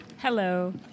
Hello